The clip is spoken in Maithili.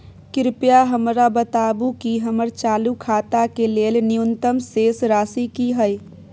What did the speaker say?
कृपया हमरा बताबू कि हमर चालू खाता के लेल न्यूनतम शेष राशि की हय